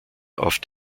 auf